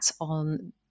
on